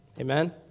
Amen